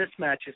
mismatches